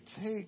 take